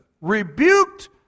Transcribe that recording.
rebuked